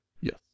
Yes